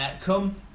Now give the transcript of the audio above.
Come